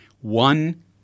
One